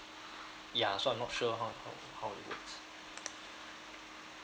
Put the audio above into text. ya so I'm not sure how how it works